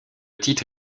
titre